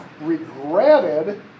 regretted